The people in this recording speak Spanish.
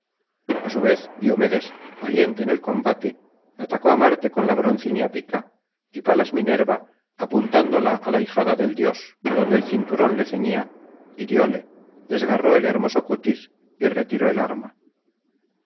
a su vez diomedes valiente en el combate atacó á marte con la broncínea pica y palas minerva apuntándola á la ijada del dios donde el cinturón le ceñía hirióle desgarró el hermoso cutis y retiró el arma